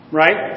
right